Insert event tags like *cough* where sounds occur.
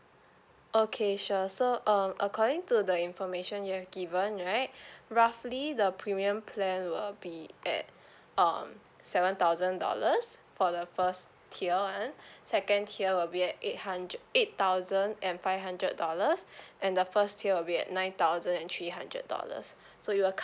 okay sure so um according to the information you have given right *breath* roughly the premium plan will be at *breath* um seven thousand dollars for the first tier [one] *breath* second tier will be at eight hundred eight thousand and five hundred dollars *breath* and the first tier will be at nine thousand and three hundred dollars *breath* so it'll